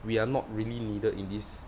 we're not really needed in this